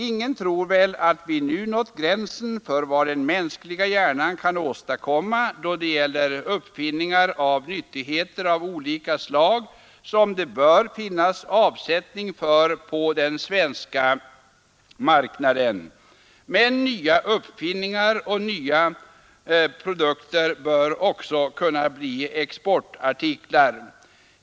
Ingen tror väl att vi nu nått gränsen för vad den mänskliga hjärnan kan åstadkomma då det gäller uppfinningar och nyttigheter av olika slag, som det bör finnas avsättning för på den svenska marknaden. Men nya uppfinningar och produkter bör också kunna bli exportartiklar.